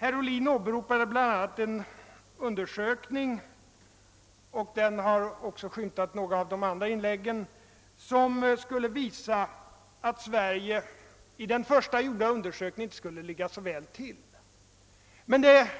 Herr Ohlin åberopar bl.a. en undersökning — den har skymtat i några av de andra inläggen — som skulle tyda på att Sverige i den först gjorda undersökningen inte skulle ligga så väl till. Men detta